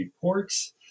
ports